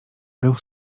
był